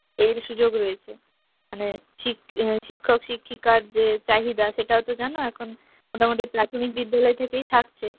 এর সুযোগ রয়েছে মানে শি শিক্ষক শিক্ষিকার যে চাহিদা সেটাও তো জানো এখন মোটামুটি প্রাথমিক বিদ্যালয় থেকেই থাকছে